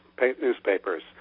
newspapers